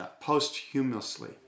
Posthumously